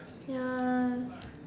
ya